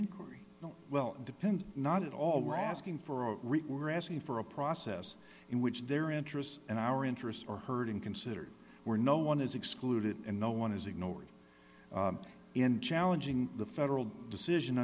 inquiry well depends not at all we're asking for we're asking for a process in which their interests and our interests are hurting consider where no one is excluded and no one is ignored in challenging the federal decision